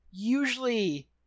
Usually